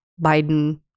biden